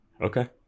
Okay